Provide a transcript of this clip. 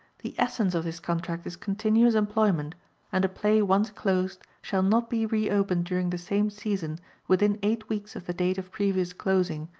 the essence of this contract is continuous employment and a play once closed shall not be re-opened during the same season within eight weeks of the date of previous closing,